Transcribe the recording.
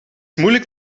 moeilijk